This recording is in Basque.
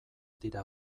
dira